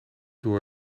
door